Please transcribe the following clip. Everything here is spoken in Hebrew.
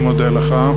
אני מודה לך.